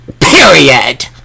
Period